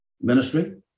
ministry